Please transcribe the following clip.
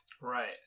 Right